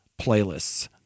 playlists